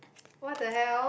what the hell